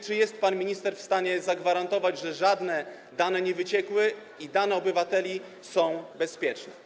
Czy jest pan minister w stanie zagwarantować, że żadne dane nie wyciekły i dane obywateli są bezpieczne?